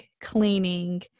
cleaning